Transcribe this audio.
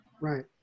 Right